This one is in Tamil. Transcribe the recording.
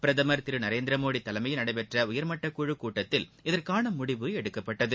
பிரதமர் திரு நரேந்திர மோடி தலைமையில் நடைபெற்ற உயர்மட்டக்குழு கூட்டத்தில் இதற்காள முடிவு எடுக்கப்பட்டது